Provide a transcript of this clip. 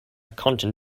content